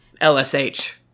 LSH